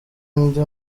ndi